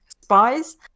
spies